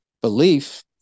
belief